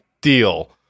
Deal